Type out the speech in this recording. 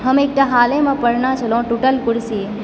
हम एकटा हालेमे पढ़ने छलहुँ टूटल कुर्सी